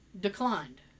declined